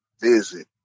visit